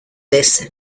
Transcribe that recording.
this